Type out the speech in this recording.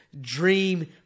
dream